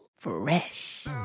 Fresh